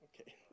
Okay